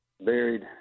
buried